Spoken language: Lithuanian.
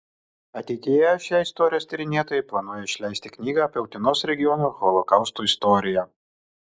ateityje šie istorijos tyrinėtojai planuoja išleisti knygą apie utenos regiono holokausto istoriją